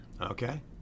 Okay